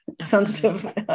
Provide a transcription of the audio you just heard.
sensitive